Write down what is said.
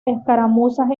escaramuzas